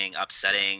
upsetting